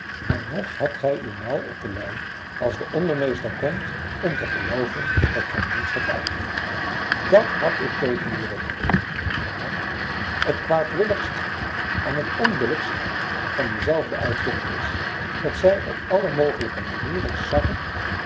en nog hebt gij uw mouw op de lei als de ondermeester komt om te gelooven dat gij niets hebt uitgevoerd dat had ik tegen die rekenboeken maar het kwaadwilligst en het onbillijkst van diezelfde uitvinding is dat zij u op alle mogelijke manieren sarren